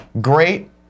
Great